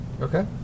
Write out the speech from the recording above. Okay